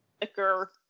thicker